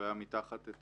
ומתחת היה